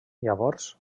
llavors